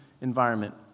environment